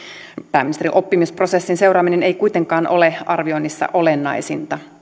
pääministerin oppimisprosessin seuraaminen ei kuitenkaan ole arvioinnissa olennaisinta